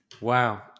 wow